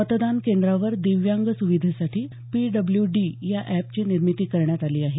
मतदान केंद्रावर दिव्यांग सुविधेसाठी पीडब्ल्यूडी या अॅपची निर्मिती करण्यात आली आहे